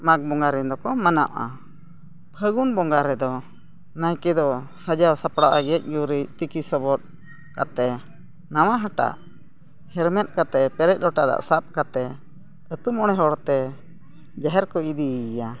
ᱢᱟᱜᱽ ᱵᱚᱸᱜᱟ ᱨᱮᱱ ᱫᱚᱠᱚ ᱢᱟᱱᱟᱜᱼᱟ ᱯᱷᱟᱹᱜᱩᱱ ᱵᱚᱸᱜᱟ ᱨᱮᱫᱚ ᱱᱟᱭᱠᱮ ᱫᱚ ᱥᱟᱡᱟᱣ ᱥᱟᱯᱲᱟᱜᱼᱟᱭ ᱜᱮᱡ ᱜᱩᱨᱤᱡ ᱛᱤᱠᱤ ᱥᱚᱵᱚᱫ ᱠᱟᱛᱮᱫ ᱱᱟᱣᱟ ᱦᱟᱴᱟᱜ ᱦᱮᱨᱢᱮᱫ ᱠᱟᱛᱮᱫ ᱯᱮᱨᱮᱡ ᱞᱚᱴᱟ ᱫᱟᱜ ᱥᱟᱵ ᱠᱟᱛᱮᱫ ᱟᱹᱛᱩ ᱢᱚᱬᱮ ᱦᱚᱲᱛᱮ ᱡᱟᱦᱮᱨ ᱠᱚ ᱤᱫᱤᱭᱮᱭᱟ